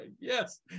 Yes